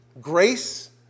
grace